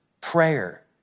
prayer